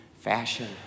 fashion